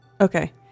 Okay